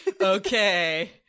Okay